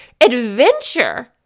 adventure